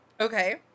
Okay